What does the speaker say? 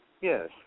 Yes